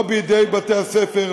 לא בידי בתי-הספר,